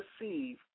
receive